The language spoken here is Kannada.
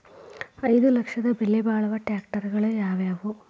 ಐದು ಲಕ್ಷದ ಬೆಲೆ ಬಾಳುವ ಟ್ರ್ಯಾಕ್ಟರಗಳು ಯಾವವು?